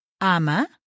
ama